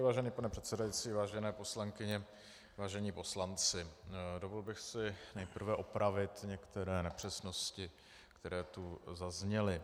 Vážený pane předsedající, vážené poslankyně, vážení poslanci, dovolil bych si nejprve opravit některé nepřesnosti, které tu zazněly.